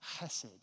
chesed